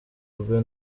rwe